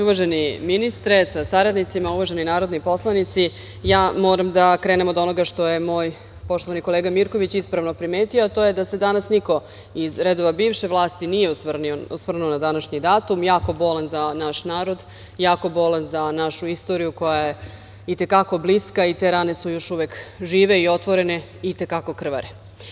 Uvaženi ministre sa saradnicima, uvaženi narodni poslanici, moram da krenem od onoga što je moj poštovani kolega Mirković ispravno primetio, a to je da se danas niko iz redova bivše vlasti nije osvrnuo na današnji datum, jako bolan za naš narod, jako bolan za našu istoriju koja je i te kako bliska i te rane su još uvek žive i otvorene i te kako krvare.